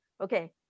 Okay